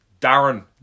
Darren